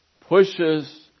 pushes